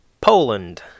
Poland